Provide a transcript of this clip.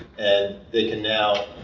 and they can now